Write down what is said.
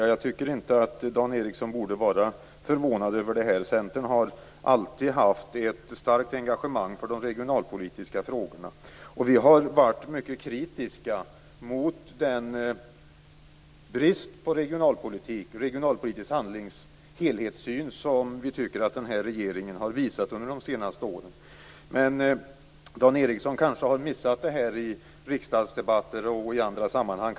Jag tycker inte att Dan Ericsson borde vara förvånad. Centern har alltid haft ett starkt engagemang för de regionalpolitiska frågorna. Vi har varit mycket kritiska mot den brist på regionalpolitisk helhetssyn som den här regeringen har visat under de senaste åren. Men Dan Ericsson har kanske missat detta i riksdagsdebatter och andra sammanhang.